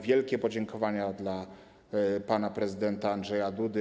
Wielkie podziękowania dla pana prezydenta Andrzeja Dudy.